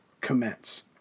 commence